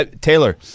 Taylor